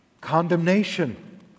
condemnation